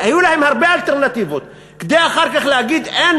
היו להם הרבה אלטרנטיבות כדי אחר כך להגיד שאין